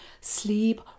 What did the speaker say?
sleep